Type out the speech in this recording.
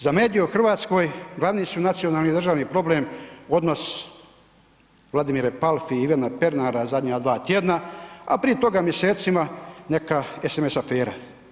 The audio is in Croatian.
Za medije u Hrvatskoj glavni su nacionalni državni problem odnos Vladimire Palfi i Ivana Pernara zadnja dva tjedna a prije toga mjesecima neka sms afera.